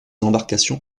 embarcations